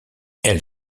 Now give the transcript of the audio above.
elle